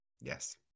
Yes